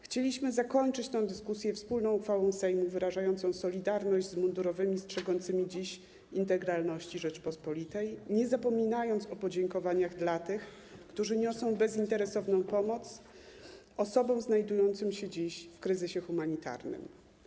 Chcieliśmy zakończyć tę dyskusję wspólną uchwałą Sejmu wyrażającą solidarność z mundurowymi strzegącymi dziś integralności Rzeczypospolitej, nie zapominając o podziękowaniach dla tych, którzy niosą bezinteresowną pomoc osobom znajdującym się dziś w kryzysie humanitarnym.